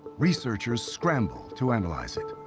researchers scramble to analyze it.